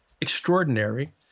extraordinary